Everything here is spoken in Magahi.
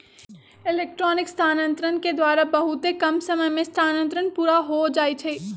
इलेक्ट्रॉनिक स्थानान्तरण के द्वारा बहुते कम समय में स्थानान्तरण पुरा हो जाइ छइ